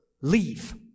leave